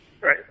Right